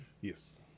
Yes